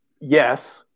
Yes